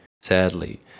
sadly